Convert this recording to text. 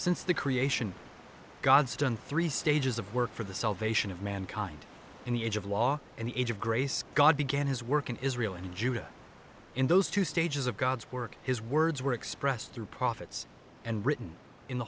since the creation god's done three stages of work for the salvation of mankind in the age of law and the age of grace god began his work in israel and judah in those two stages of god's work his words were expressed through prophets and written in the